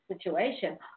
situation